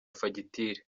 fagitire